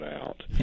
out